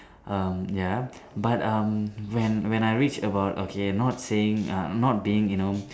um ya but um when when I reach about okay not saying uh not being you know